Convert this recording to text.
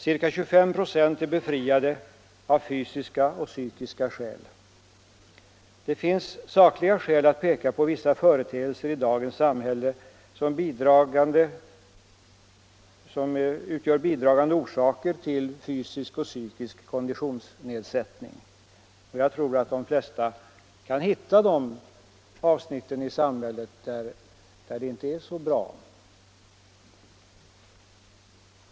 Ca 25 96 är befriade av fysiska och psykiska skäl. Det finns sakliga skäl att peka på vissa företeelser i dagens samhälle som bidragande orsaker till fysisk och psykisk konditionsnedsättning. Jag tror att de flesta kan hitta avsnitt i samhället där allt inte är så bra.